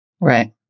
right